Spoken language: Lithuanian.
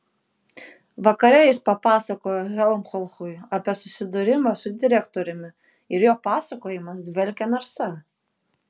vakare jis papasakojo helmholcui apie susidūrimą su direktoriumi ir jo pasakojimas dvelkė narsa